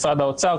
משרד האוצר,